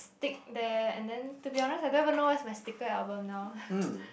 stick there and then to be honest I don't even know where my sticker album now